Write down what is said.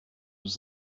was